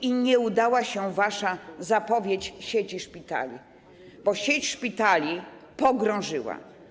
I nie udała się wasza zapowiedź sieci szpitali, bo sieć szpitali pogrążyła.